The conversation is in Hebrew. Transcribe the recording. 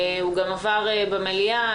הוא גם עבר במליאה.